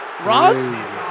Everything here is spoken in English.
Ron